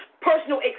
personal